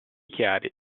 chiari